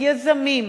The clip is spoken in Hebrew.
יזמים,